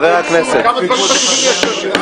יש מס בגליל זה חשוב, גם בתי החולים זה חשוב,